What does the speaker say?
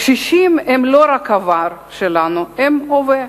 הקשישים הם לא רק העבר שלנו, הם ההווה,